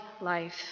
life